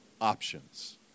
options